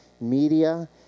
media